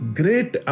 great